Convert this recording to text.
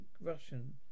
Russian